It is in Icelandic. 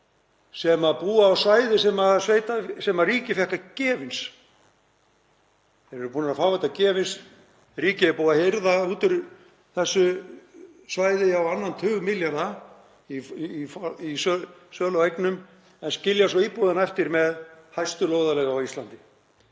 sem búa á svæði sem ríkið fékk gefins. Þeir eru búnir að fá þetta gefins, ríkið er búið að hirða úr þessu svæði á annan tug milljarða í sölu á eignum en skilur svo íbúana eftir með hæstu lóðarleigu á Íslandi.